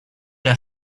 der